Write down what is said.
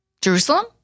Jerusalem